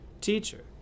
Teacher